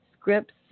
scripts